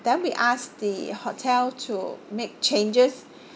then we ask the hotel to make changes